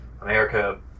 America